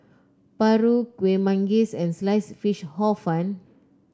paru Kueh Manggis and Sliced Fish Hor Fun